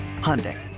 Hyundai